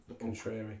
contrary